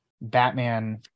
Batman